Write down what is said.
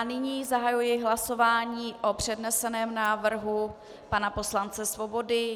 Nyní zahajuji hlasování o předneseném návrhu pana poslance Svobody.